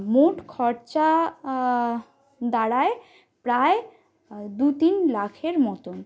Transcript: মোট খরচা দাঁড়ায় প্রায় দু তিন লাখের মতন